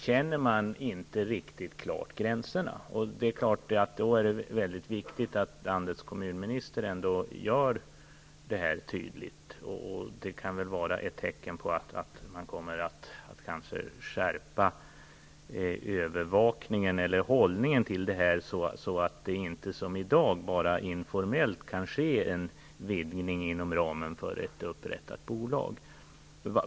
Därför är det viktigt att landets kommunminister gör detta tydligt. Det kan vara ett tecken på att hållningen till denna verksamhet kommer att skärpas, så att det inte bara, som i dag, informellt kan ske en vidgning inom ramen för ett upprättat bolag.